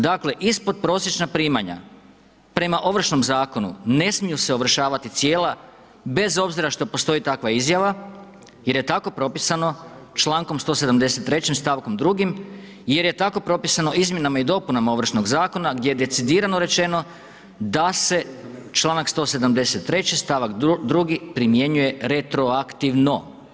Dakle, ispod prosječna primanja prema Ovršnom zakonu ne smiju se ovršavati cijela bez obzira što postoji takva izjava jer je tako propisano člankom 173. stavkom 2., jer je tako propisano izmjenama i dopunama Ovršnog zakona gdje je decidirano rečeno da se članak 173. stavak 2. primjenjuje retroaktivno.